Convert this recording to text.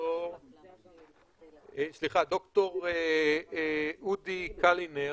ד"ר אודי קלינר,